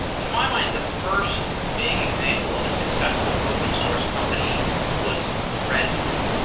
to my mind, the first big example of a successful open source company was red hat,